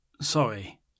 Sorry